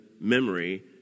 memory